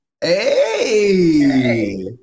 Hey